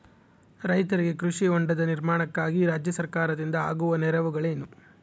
ರೈತರಿಗೆ ಕೃಷಿ ಹೊಂಡದ ನಿರ್ಮಾಣಕ್ಕಾಗಿ ರಾಜ್ಯ ಸರ್ಕಾರದಿಂದ ಆಗುವ ನೆರವುಗಳೇನು?